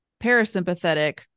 parasympathetic